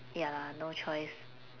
ya lah no choice